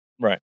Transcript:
Right